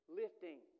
lifting